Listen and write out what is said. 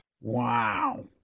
Wow